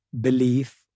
belief